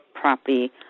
property